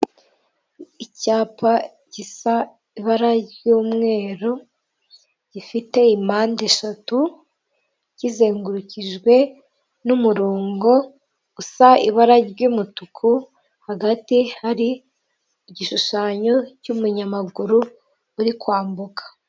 Icyapa gisa abara ry'umweru, gifite impande eshatu, kizengurukijwe n'umurongo gusa ibara ry'umutuku, hagati hari igishushanyo cy'umunyamaguru uri kwambuka.